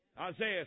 Isaiah